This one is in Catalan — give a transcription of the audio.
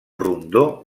rondó